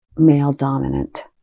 male-dominant